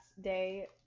day